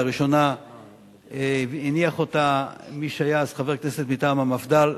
לראשונה הניח אותה מי שהיה אז חבר הכנסת מטעם המפד"ל,